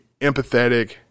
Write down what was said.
empathetic